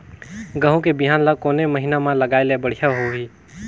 गहूं के बिहान ल कोने महीना म लगाय ले बढ़िया होही?